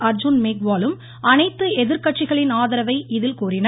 அர்ஜுன் மேக்வாலும் அனைத்து எதிர்க்கட்சிகளின் ஆதரவை இதில் கோரினர்